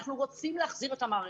אנחנו רוצים להחזיר את המערכת.